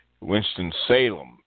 Winston-Salem